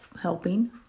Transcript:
helping